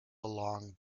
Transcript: along